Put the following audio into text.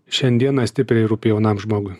šiandieną stipriai rūpi jaunam žmogui